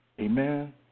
Amen